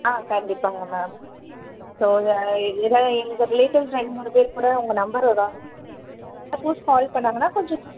ஆ கண்டிப்பாங்க ma'am so இதை எங்கள் ரிலேட்டிவ் சைட் மூணு பேர் கூட உங்கள் நம்பரு தான் சப்போஸ் கால் பண்ணாங்கன்னால் கொஞ்சம்